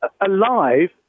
alive